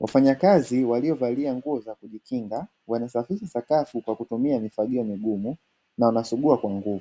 Wafanyakazi waliovalia nguo za kujikinga wanasafisha sakafu kwa kutumia mifagio migumu na wanasugua kwa nguvu,